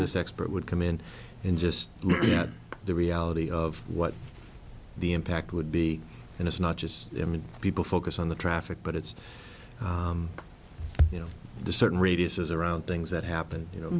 this expert would come in in just the reality of what the impact would be and it's not just i mean people focus on the traffic but it's you know the certain radius is around things that happen you know